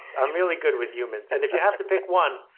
i'm really good with humans. and if you have to pick one,